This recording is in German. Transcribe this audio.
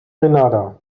grenada